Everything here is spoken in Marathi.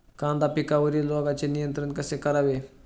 कांदा पिकावरील रोगांचे नियंत्रण कसे करावे?